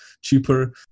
cheaper